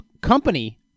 company